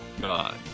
God